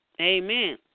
Amen